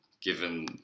given